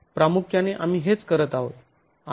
तर प्रामुख्याने आम्ही हेच करत आहोत